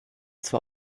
zwar